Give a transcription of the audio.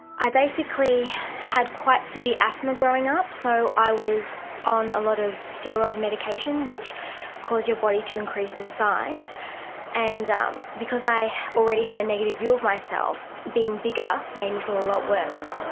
i basically had quite severe asthma, growing up, so i was on a lot of steroid medication, which caused your body to increase in size and um because i already had a negative view of myself being bigger, made me feel a lot worse.